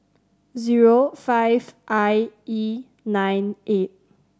zero five I E nine eight